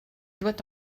doit